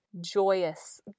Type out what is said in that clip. joyous